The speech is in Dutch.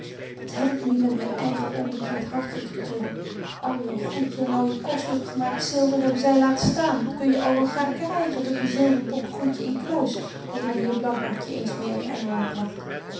wat heb ik nu met myn eigen onbekeert hartje te tobben al jou goedje en al je kostlyk gemaakt zilver hebben zy laten staan dat kun je allegaar krygen tot je zilver poppegoedje inkluis dat myn heer blankaart je eens meê uit engeland bragt